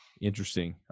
Interesting